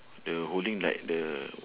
the holding like the